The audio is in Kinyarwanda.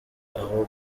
aho